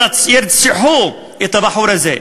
ירצחו את הבחור הזה.